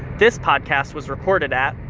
this podcast was recorded at.